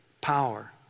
power